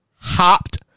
hopped